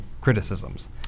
criticisms